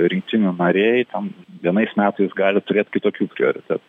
rinktinių nariai tam vienais metais gali turėt kitokių prioritetų